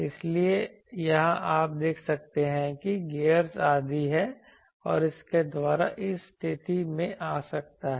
इसलिए यहां आप देख सकते हैं कि गियर आदि हैं और इसके द्वारा यह इस स्थिति में आ सकता है